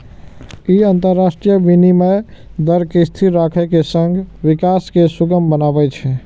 ई अंतरराष्ट्रीय विनिमय दर कें स्थिर राखै के संग विकास कें सुगम बनबै छै